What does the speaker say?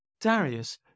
Darius